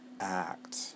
act